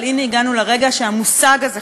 אבל הנה הגענו לרגע שהמושג הזה,